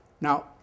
Now